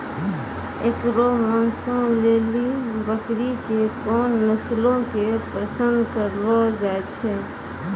एकरो मांसो लेली बकरी के कोन नस्लो के पसंद करलो जाय छै?